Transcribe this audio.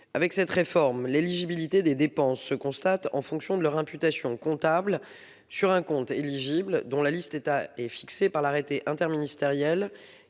Avec cette réforme, l'éligibilité des dépenses se constate en fonction de leur imputation comptable sur un compte éligible, dont la liste est fixée par l'arrêté interministériel